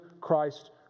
Christ